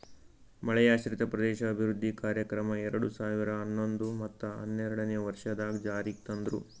ಮಳೆಯಾಶ್ರಿತ ಪ್ರದೇಶ ಅಭಿವೃದ್ಧಿ ಕಾರ್ಯಕ್ರಮ ಎರಡು ಸಾವಿರ ಹನ್ನೊಂದು ಮತ್ತ ಹನ್ನೆರಡನೇ ವರ್ಷದಾಗ್ ಜಾರಿಗ್ ತಂದ್ರು